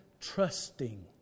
trusting